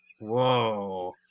whoa